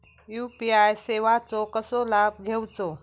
UPI सेवाचो कसो लाभ घेवचो?